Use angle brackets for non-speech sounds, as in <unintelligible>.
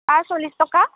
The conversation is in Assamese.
<unintelligible> চল্লিছ টকা